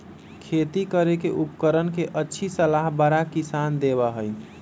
खेती करे के उपकरण के अच्छी सलाह बड़ा किसान देबा हई